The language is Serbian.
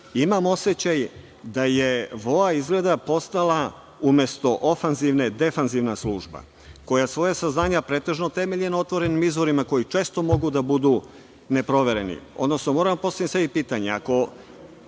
imam osećaj da je VOA izgleda postala umesto ofanzivne, defanzivna služba koja svoja saznanja pretežno temelji na otvorenim izvorima koji često mogu da budu neprovereni, odnosno moram da postavim sebi pitanje,